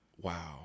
wow